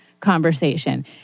Conversation